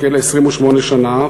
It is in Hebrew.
בכלא 28 שנה,